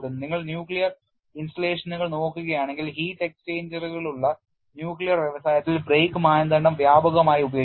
നിങ്ങൾ ന്യൂക്ലിയർ ഇൻസ്റ്റാളേഷനുകൾ നോക്കുകയാണെങ്കിൽheat എക്സ്ചേഞ്ചറുകളുള്ള ന്യൂക്ലിയർ വ്യവസായത്തിൽ ബ്രേക്ക് മാനദണ്ഡം വ്യാപകമായി ഉപയോഗിക്കുന്നു